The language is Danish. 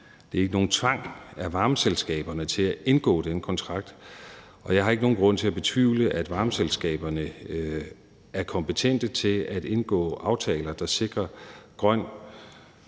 der er ikke nogen tvang i forhold til at få varmeselskaberne til at indgå den kontrakt, og jeg har ikke nogen grund til at betvivle, at varmeselskaberne er kompetente til at indgå aftaler, der sikrer grøn,